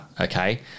okay